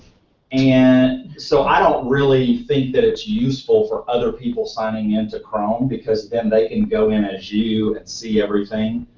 and so i don't really think that it's useful for other people signing into chrome because then they can go in as you and see everything.